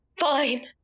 Fine